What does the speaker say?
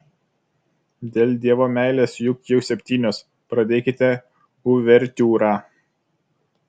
dėl dievo meilės juk jau septynios pradėkite uvertiūrą